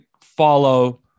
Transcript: follow